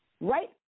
right